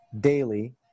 daily